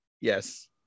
Yes